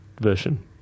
version